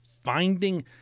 finding